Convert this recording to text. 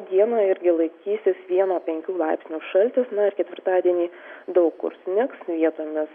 dieną irgi laikysis vieno penkių laipsnių šaltis ketvirtadienį daug kur snigs vietomis